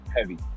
heavy